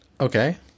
Okay